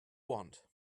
want